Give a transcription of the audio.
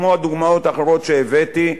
כמו הדוגמאות האחרות שהבאתי,